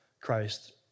Christ